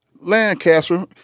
Lancaster